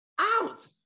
out